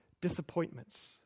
disappointments